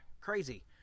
crazy